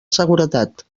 seguretat